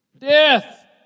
Death